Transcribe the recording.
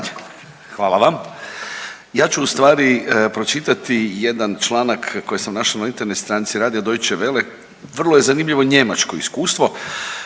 Hvala vam. Ja ću u stvari pročitati jedan članak koji sam našao na Internet stranici Radio Deutsche Welle, vrlo je zanimljivo njemačko iskustvo.